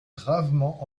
gravement